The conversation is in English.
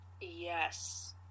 Yes